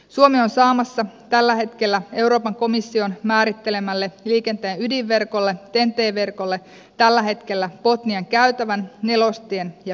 suomi on saamassa tällä hetkellä euroopan komission määrittelemälle liikenteen ydinverkolle ten t verkolle tällä hetkellä botnian käytävän nelostien ja pääradan